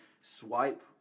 swipe